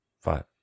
five